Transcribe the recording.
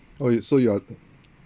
oh you so you are